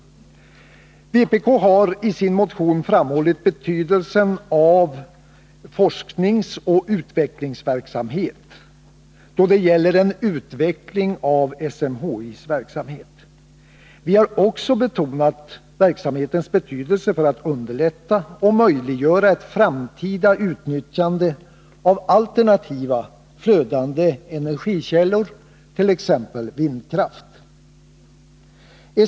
Vpk har i sin motion framhållit betydelsen av forskningsoch utvecklingsverksamhet då det gäller en utveckling av SMHI:s verksamhet. Vi har också betonat verksamhetens betydelse för att underlätta och möjliggöra ett framtida utnyttjande av alternativa, flödande energikällor, t.ex. vindkraft.